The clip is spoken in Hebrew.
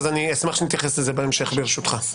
אז אני אשמח שנתייחס לזה בהמשך ברשותך.